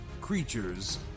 creatures